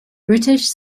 british